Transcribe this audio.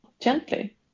gently